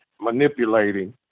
manipulating